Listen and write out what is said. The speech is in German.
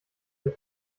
der